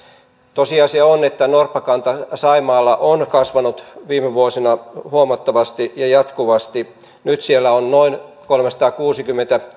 tosiasia on että norppakanta saimaalla on kasvanut viime vuosina huomattavasti ja jatkuvasti nyt siellä on noin kolmesataakuusikymmentä